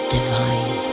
Divine